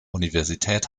universität